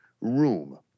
room